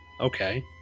okay